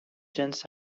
جنس